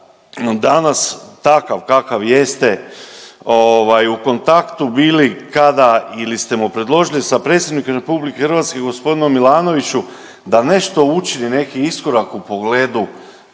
danas takav kakav jeste u kontaktu bili kada ili ste mu predložili sa predsjednikom Republike Hrvatske gospodinu Milanoviću da nešto učini neki iskorak u pogledu